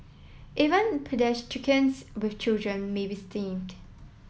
even paediatricians with children may be stymied